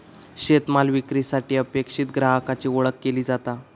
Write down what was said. शेतमाल विक्रीसाठी अपेक्षित ग्राहकाची ओळख केली जाता